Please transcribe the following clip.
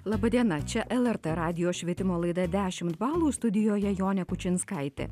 laba diena čia lrt radijo švietimo laida dešimt balų studijoje jonė kučinskaitė